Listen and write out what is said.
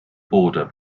border